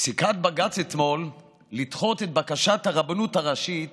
פסיקת בג"ץ מאתמול לדחות את בקשת הרבנות הראשית